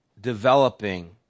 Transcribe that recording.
developing